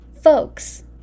Folks